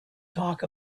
talk